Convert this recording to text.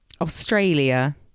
Australia